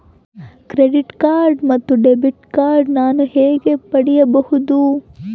Credit card ಮತ್ತು debit card ನಾನು ಹೇಗೆ ಪಡೆಯಬಹುದು?